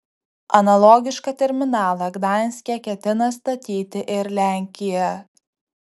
analogišką terminalą gdanske ketina statyti ir lenkija